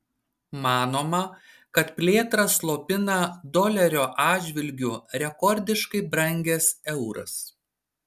manoma kad plėtrą slopina dolerio atžvilgiu rekordiškai brangęs euras